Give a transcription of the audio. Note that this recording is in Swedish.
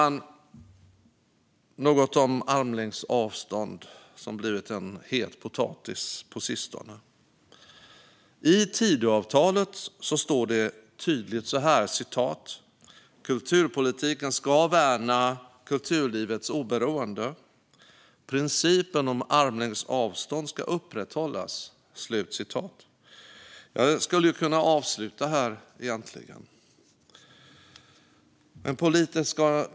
Jag ska säga något om armlängds avstånd, som har blivit en het potatis på sistone. I Tidöavtalet står tydligt: "Kulturpolitiken ska värna kulturlivets oberoende." Det står också att "principen om armslängds avstånd ska upprätthållas". Jag skulle egentligen kunna avsluta här.